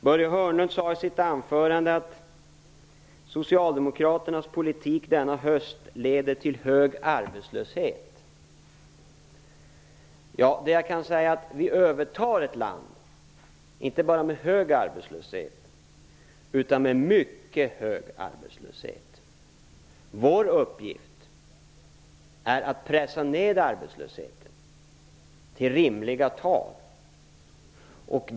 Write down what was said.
Börje Hörnlund sade i sitt anförande att socialdemokraternas politik denna höst leder till hög arbetslöshet. Vi har övertagit ansvaret för ett land, inte bara med hög arbetslöshet utan med mycket hög arbetslöshet. Vår uppgift är att pressa ner arbetslösheten till rimliga tal.